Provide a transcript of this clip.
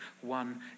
one